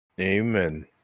Amen